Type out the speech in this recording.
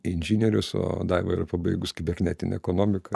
inžinierius o daiva yra pabaigus kibernetinę ekonomiką